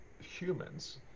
humans